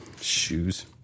Shoes